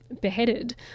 beheaded